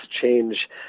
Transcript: change